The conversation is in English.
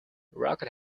rocket